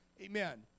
Amen